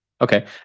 Okay